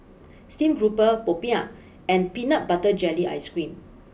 Steamed grouper Popiah and Peanut Butter Jelly Ice cream